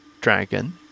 dragon